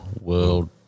World